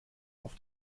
auf